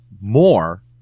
more